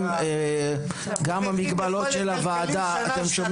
שמי שרית.